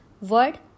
word